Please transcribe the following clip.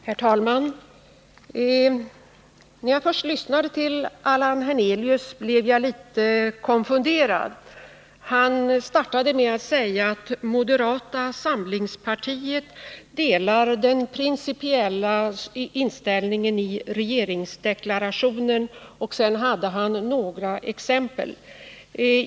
Herr talman! När jag lyssnade till Allan Hernelius blev jag först litet konfunderad. Han startade med att säga att moderata samlingspartiet delar den principiella inställningen i regeringsdeklarationen, och sedan gav han några exempel.